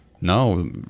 no